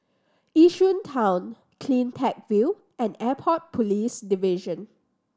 Yishun Town Cleantech View and Airport Police Division